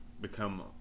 become